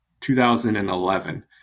2011